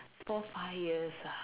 four five years ah